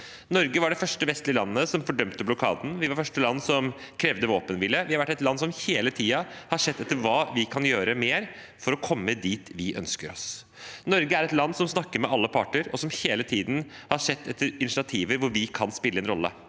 Norge var det første vestlige landet som fordømte blokaden, og vi var det første landet som krevde våpenhvile. Vi har vært et land som hele tiden har sett etter hva mer vi kan gjøre for å komme dit vi ønsker oss. Norge er et land som snakker med alle parter, og som hele tiden har sett etter initiativer hvor vi kan spille en rolle